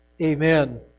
Amen